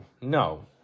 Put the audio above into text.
No